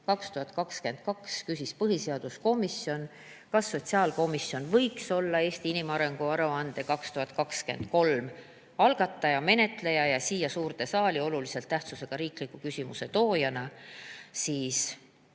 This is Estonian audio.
2022 küsis põhiseaduskomisjon, kas sotsiaalkomisjon võiks olla "Eesti inimarengu aruande 2023" arutelu algataja, menetleja ja siia suurde saali olulise tähtsusega riikliku küsimuse tooja, siis